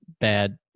bad